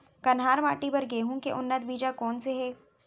कन्हार माटी बर गेहूँ के उन्नत बीजा कोन से हे?